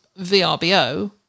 vrbo